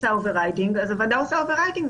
עושה overwriting אז הוועדה עושה overwriting,